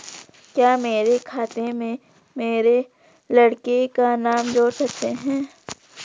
क्या मेरे खाते में मेरे लड़के का नाम जोड़ सकते हैं?